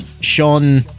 Sean